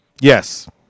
Yes